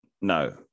No